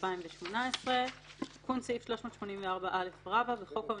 התשע"ט-2018 תיקון סעיף 384א1. בחוק העונשין,